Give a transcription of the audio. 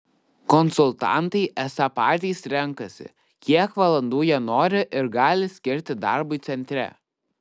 konsultantai esą patys renkasi kiek valandų jie nori ir gali skirti darbui centre